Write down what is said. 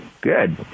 good